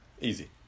Easy